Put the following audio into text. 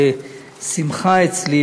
לשמחה אצלי,